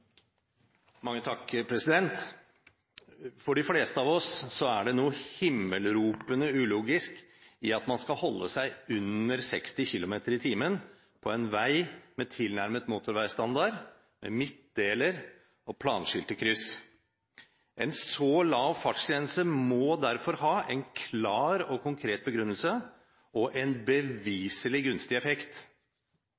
For de fleste av oss er det noe himmelropende ulogisk i at man skal holde seg under 60 km i timen på en vei med tilnærmet motorveistandard, med midtdeler og planskilte kryss. En så lav fartsgrense må derfor ha en klar og konkret begrunnelse og en